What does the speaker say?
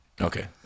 okay